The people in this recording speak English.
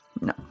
No